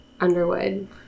Underwood